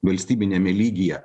valstybiniame lygyje